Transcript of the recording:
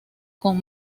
con